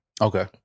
Okay